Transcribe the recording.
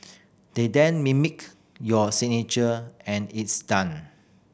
they then mimic your signature and it's done